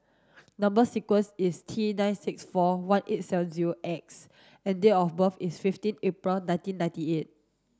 number sequence is T nine six four one eight seven zero X and date of birth is fifteen April nineteen ninety eight